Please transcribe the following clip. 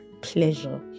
pleasure